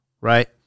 right